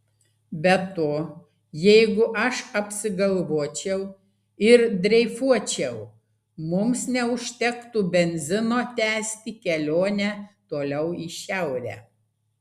be to jeigu aš apsigalvočiau ir dreifuočiau mums neužtektų benzino tęsti kelionę toliau į šiaurę